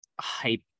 hype